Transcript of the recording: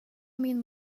min